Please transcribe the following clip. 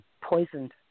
poisoned